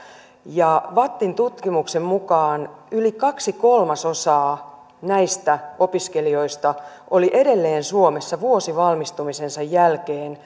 vattin tutkimuksen mukaan yli kaksi kolmasosaa näistä opiskelijoista oli edelleen suomessa vuosi valmistumisensa jälkeen